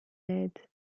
aide